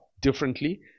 differently